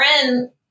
friend